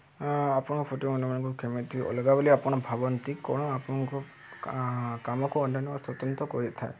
ଆପଣ ଫଟୋଗ୍ରାଫି ଅନ୍ୟମାନଙ୍କଠାରୁ କେମିତି ଅଲଗା ବୋଲି ଆପଣ ଭାବନ୍ତି କ'ଣ ଆପଣଙ୍କ କାମକୁ ଅନ୍ୟ ଏବଂ ସ୍ୱତନ୍ତ୍ର କରିଥାଏ କରିଥାଏ